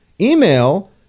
email